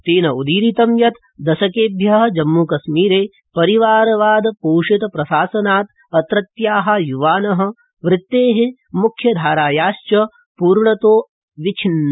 तेन उदीरितं यत दशकेभ्य जम्मुकश्मीर परिवारवाद पोषित प्रशासनात् अत्रत्या युवान वृत्ते मुख्यधारायाश्व पूर्णतो विच्छिन्ना